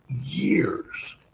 years